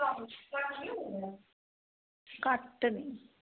घट्ट